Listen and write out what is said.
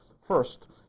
first